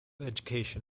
education